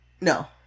No